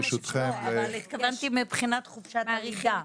התכוונתי מבחינת חופשת הלידה.